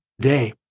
day